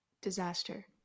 disaster